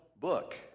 book